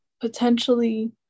potentially